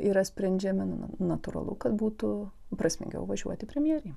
yra sprendžiami natūralu kad būtų prasmingiau važiuoti premjerei